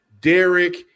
Derek